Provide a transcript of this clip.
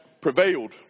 prevailed